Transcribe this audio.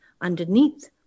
underneath